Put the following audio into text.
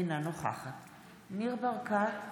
אינה נוכחת ניר ברקת,